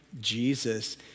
Jesus